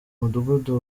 mudugudu